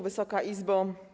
Wysoka Izbo!